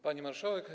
Pani Marszałek!